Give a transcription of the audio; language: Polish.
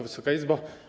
Wysoka Izbo!